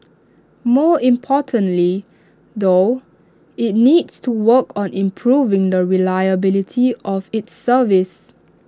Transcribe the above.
more importantly though IT needs to work on improving the reliability of its service